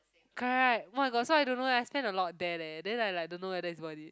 correct oh-my-god so I don't know eh spent a lot there leh then I like don't know whether it's worth is